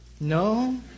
No